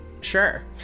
sure